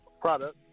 product